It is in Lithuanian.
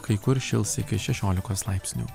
kai kur šils iki šešiolikos laipsnių